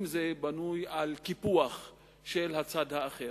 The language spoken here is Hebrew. אם זה בנוי על קיפוח של הצד האחר.